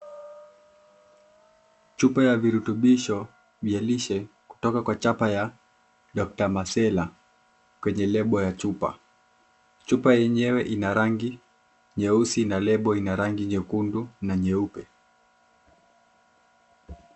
Chupa ya virutubisho vya lishe kutoka kwa chapa ya Dr. Mercola, kwenye lebo ya chupa. Chupa yenyewe ina rangi nyeusi na lebo ina rangi nyekundu na nyeupe.